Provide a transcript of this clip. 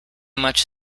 much